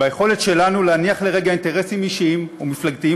ביכולת שלנו להניח לרגע אינטרסים אישיים ומפלגתיים